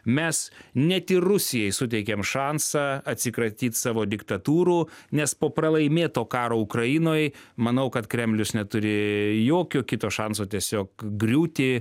mes ne tik rusijai suteikėm šansą atsikratyt savo diktatūrų nes po pralaimėto karo ukrainoj manau kad kremlius neturi jokio kito šanso tiesiog griūti